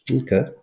Okay